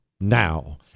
now